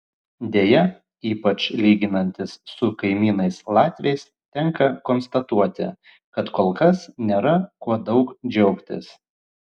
deja ypač lyginantis su kaimynais latviais tenka konstatuoti kad kol kas nėra kuo daug džiaugtis